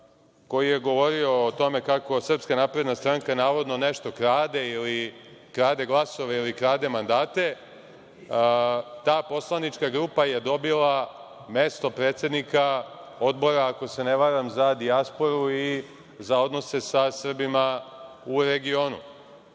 koji je govorio o tome kako SNS navodno nešto krade ili krade glasove ili krade mandate, ta poslanička grupa je dobila mesto predsednika Odbora, ako se ne varam, za dijasporu i za odnose sa Srbima u regionu.